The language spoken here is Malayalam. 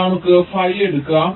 അതിനാൽ നമുക്ക് ഫൈ എടുക്കാം